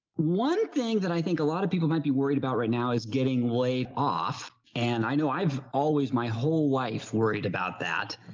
one thing that i think a lot of people might be worried about right now is getting way off, and i know i've always my whole life worried about that.